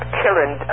killing